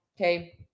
Okay